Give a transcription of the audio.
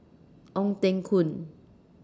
Ong Teng Koon